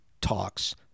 Talks